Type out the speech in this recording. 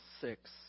six